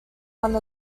one